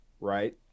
right